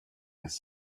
has